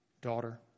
daughter